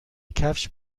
کفش